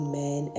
men